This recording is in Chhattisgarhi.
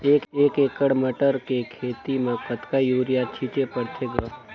एक एकड़ मटर के खेती म कतका युरिया छीचे पढ़थे ग?